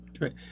right